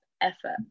effort